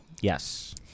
yes